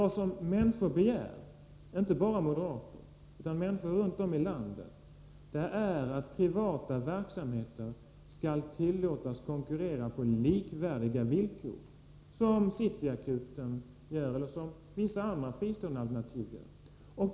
Vad människor begär — inte bara moderater utan många människor runt om i landet — är att privata verksamheter skall tillåtas konkurrera på likvärdiga villkor, som City Akuten gör eller som vissa andra fristående alternativ gör.